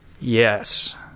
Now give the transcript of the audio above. yes